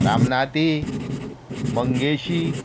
Ramnathi Mangeshi